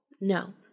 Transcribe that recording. No